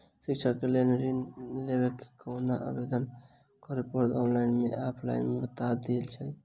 शिक्षा केँ लेल लऽ ऋण लेबाक अई केना आवेदन करै पड़तै ऑनलाइन मे या ऑफलाइन मे बता दिय अच्छा सऽ?